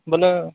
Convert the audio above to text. ବୋଲେ